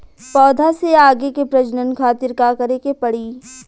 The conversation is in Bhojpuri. पौधा से आगे के प्रजनन खातिर का करे के पड़ी?